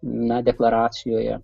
na deklaracijoje